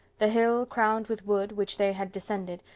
the hill, crowned with wood, which they had descended,